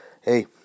hey